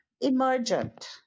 emergent